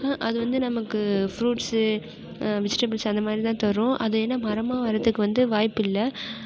அது வந்து நமக்கு ஃப்ரூட்சு வெஜிடபிள்சு அந்தமாதிரி தான் தரும் அது என்ன மரமாக வர்றதுக்கு வந்து வாய்ப்பு இல்லை